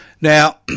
Now